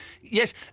Yes